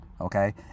Okay